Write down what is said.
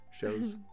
shows